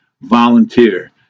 volunteer